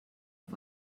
auf